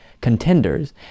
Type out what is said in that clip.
contenders